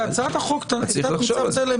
וצריך לחושב על זה.